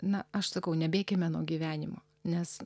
na aš sakau nebėkime nuo gyvenimo nes